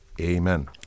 amen